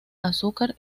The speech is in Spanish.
azúcar